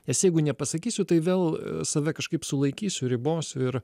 nes jeigu nepasakysiu tai vėl save kažkaip sulaikysiu ribosiu ir